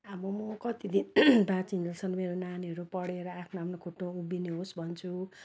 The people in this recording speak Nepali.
अब कति दिन बाचुन्जेलसम्म मेरो नानीहरू पढेर आफ्नो आफ्नो खुट्टोमा उभिने होस् भन्छु